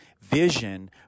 vision